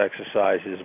exercises